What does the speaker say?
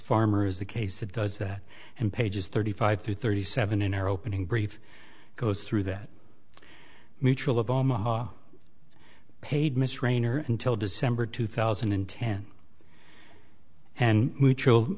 farmers the case that does that and pages thirty five through thirty seven in our opening brief goes through that mutual of omaha paid miss raynor until december two thousand and ten and